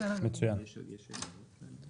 יושב ראש הוועדה.